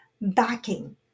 backing